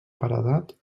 paredat